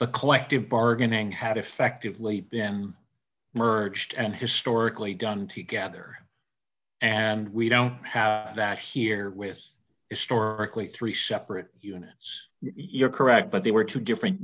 the collective bargaining had effectively been merged and historically done together and we don't have that here with historically three separate units you're correct but they were two different